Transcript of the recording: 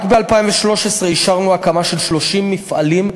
רק ב-2013 אישרנו הקמה של 30 מפעלים,